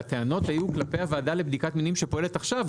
שהטענות היו כלפי הוועדה לבדיקת מינויים שפועלת עכשיו,